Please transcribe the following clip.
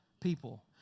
people